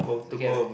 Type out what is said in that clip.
so K wait